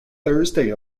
thursday